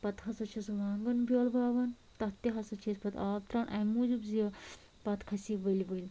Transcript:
پَتہٕ ہسا چھِس وانٛگن بیٛول وۄوان تَتھ تہِ ہسا چھِ أسۍ پَتہٕ آب ترٛاوان اَمہِ موٗجوٗب زِ پَتہٕ کھسہِ یہِ ؤلۍ ؤلۍ